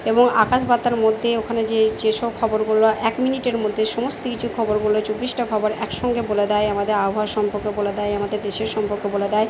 এবং আকাশবার্তার মধ্যে ওখানে যে যেসব খবরগুলো এক মিনিটের মধ্যে সমস্ত কিছু খবরগুলো চব্বিশটা খবর একসঙ্গে বলে দেয় আমাদের আবহাওয়ার সম্পর্কে বলে দেয় আমাদের দেশের সম্পর্কে বলে দেয়